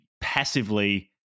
passively